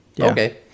Okay